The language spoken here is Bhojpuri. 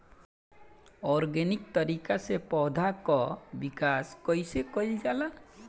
ऑर्गेनिक तरीका से पौधा क विकास कइसे कईल जाला?